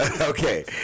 okay